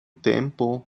tempo